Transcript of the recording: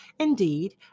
Indeed